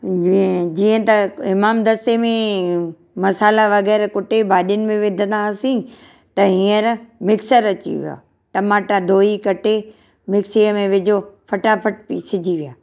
जीअं जीअं त हमामदस्ते में मसाला वग़ैरह कुटे भाॼियुनि में विझंदा हुआसीं त हींअर मिक्सर अची वियो आहे टमाटा धोई कटे मिक्सीअ में विझो फटाफट पीसिजी विया